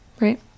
right